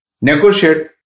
Negotiate